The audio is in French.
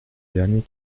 dernier